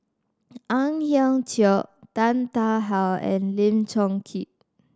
Ang Hiong Chiok Tan Tarn How and Lim Chong Keat